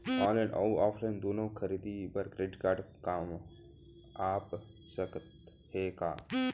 Online अऊ offline दूनो खरीदी बर क्रेडिट कारड काम आप सकत हे का?